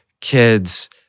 kids